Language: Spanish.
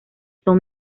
son